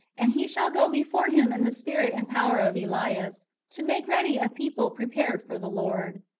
and he shall go before him in the spirit and power of elias, to make ready a people prepared for the lord.